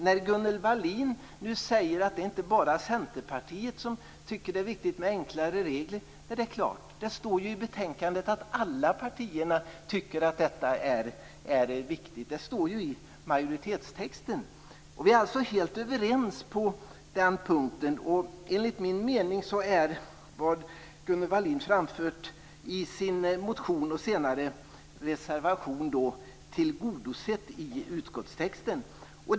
När Gunnel Wallin nu säger att det inte bara är Centerpartiet som tycker att det är viktigt med enklare regler är det självklart, det står ju i betänkandet att alla partierna tycker att detta är viktigt. Det står ju i majoritetstexten. Vi är alltså helt överens på den punkten. Enligt min mening är det som Gunnel Wallin framfört i sin motion och senare i reservationen tillgodosett i utskottstexten.